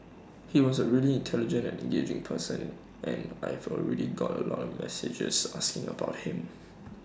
he was A really intelligent and engaging person and I've already got A lot of messages asking about him